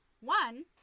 One